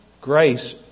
grace